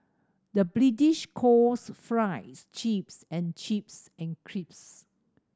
the British calls fries chips and chips crips